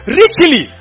richly